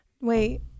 Wait